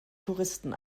touristen